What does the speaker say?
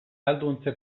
ahalduntze